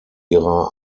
ihrer